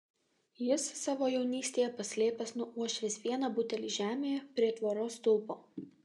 jis savo jaunystėje paslėpęs nuo uošvės vieną butelį žemėje prie tvoros stulpo